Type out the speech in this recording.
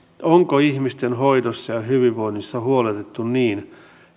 onko ihmisten hoidosta ja hyvinvoinnista huolehdittu niin